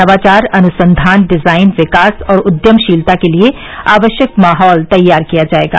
नवाचार अनुसंधान डिजाइन विकास और उद्यमशीलता के लिए आवश्यक माहौल तैयार किया जाएगा